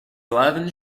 eleven